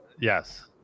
Yes